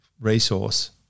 resource